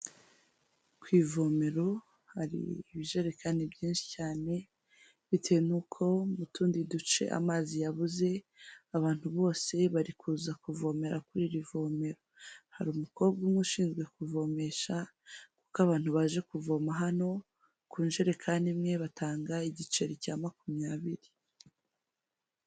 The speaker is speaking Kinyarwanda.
Ku ivomero hari ibijerekani byinshi cyane bitewe n'uko mu tundi duce amazi yabuze abantu bose bari kuza kuvomera kuri iri vomero, hari umukobwa umwe ushinzwe kuvomesha kuko abantu baje kuvoma hano ku njerekane imwe batanga igiceri cya makumyabiri.